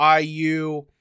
IU